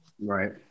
Right